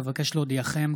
אבקש להודיעכם,